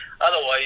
otherwise